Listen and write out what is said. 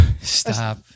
Stop